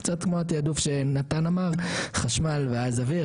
קצת כמו התיעדוף שנתן אמר: חשמל ואז אוויר,